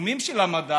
היישומים של המדע,